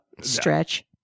Stretch